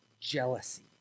jealousy